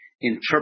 interpret